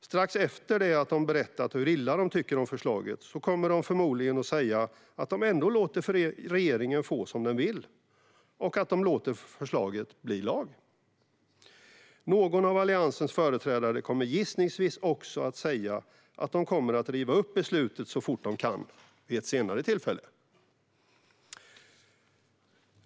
Strax efter det att de berättat hur illa de tycker om förslaget kommer de att säga att de ändå låter regeringen få som den vill och att de låter förslaget bli lag. Någon av Alliansens företrädare kommer gissningsvis också att säga att de kommer att riva upp beslutet så fort de kan, vid ett senare tillfälle.